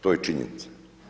To je činjenica.